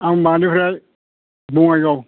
आं माबानिफ्राय बङाइगाव